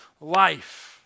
life